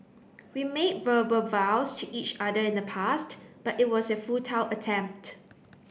we made verbal vows to each other in the past but it was a futile attempt